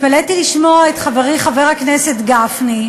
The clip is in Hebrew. התפלאתי לשמוע את חברי חבר הכנסת גפני,